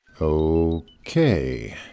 Okay